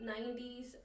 90s